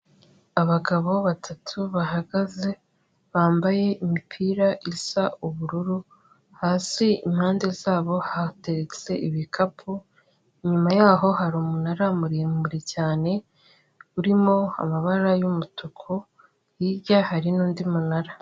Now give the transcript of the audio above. Abagabo batatu bahagaze bambaye imipira isa ubururu, hasi impande zabo hateretse ibikapu, inyuma yaho hari umunara muremure cyane, urimo amabara y'umutuku, hirya hari n'undi munara.